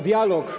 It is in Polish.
Dialog.